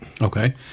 Okay